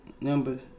Numbers